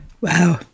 Wow